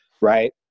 right